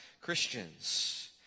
Christians